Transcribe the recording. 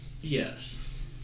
Yes